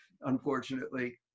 unfortunately